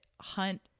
Hunt